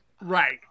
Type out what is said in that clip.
Right